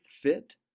fit